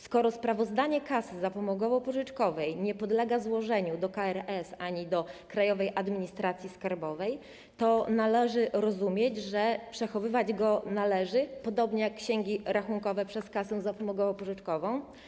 Skoro sprawozdanie kasy zapomogowo-pożyczkowej nie podlega złożeniu do KRS ani do Krajowej Administracji Skarbowej, to należy rozumieć, że powinno być przechowywane podobnie jak księgi rachunkowe - przez kasę zapomogowo-pożyczkową.